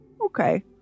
Okay